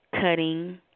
cutting